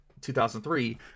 2003